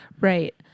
Right